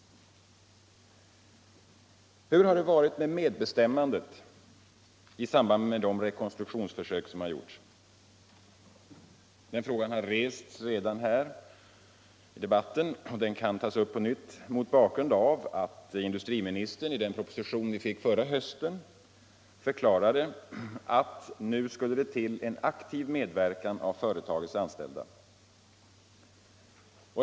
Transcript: Hur har det varit med medbestämmandet i samband med de rekonstruktionsförsök som har gjorts? Den frågan har rests redan här i debatten och den kan tas upp på nytt mot bakgrund av att industriministern i den proposition vi fick förra hösten förklarade att nu skulle det till en aktiv medverkan av företagets anställda.